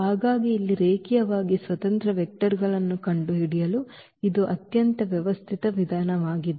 ಹಾಗಾಗಿ ಇಲ್ಲಿ ರೇಖೀಯವಾಗಿ ಸ್ವತಂತ್ರ ವೆಕ್ಟರ್ಗಳನ್ನು ಕಂಡುಹಿಡಿಯಲು ಇದು ಅತ್ಯಂತ ವ್ಯವಸ್ಥಿತ ವಿಧಾನವಾಗಿದೆ